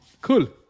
Cool